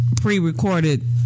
pre-recorded